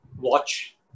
watch